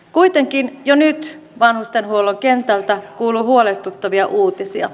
kuitenkin jo nyt vanhustenhuollon kentältä kuuluu huolestuttavia uutisia